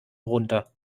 runter